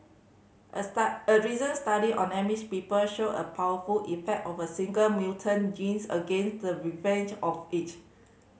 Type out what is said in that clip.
a a recent study on Amish people showed a powerful effect of a single mutant genes against the ravage of age